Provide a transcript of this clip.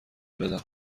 بدم